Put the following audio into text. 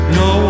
no